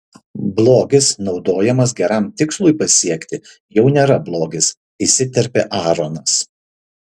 blogis naudojamas geram tikslui pasiekti jau nėra blogis įsiterpė aaronas